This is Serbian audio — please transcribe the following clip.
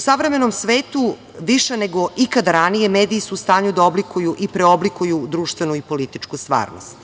savremenom svetu više nego ikada ranije mediji su u stanju da oblikuju i preoblikuju društvenu i političku stvarnost.